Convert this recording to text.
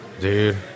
Dude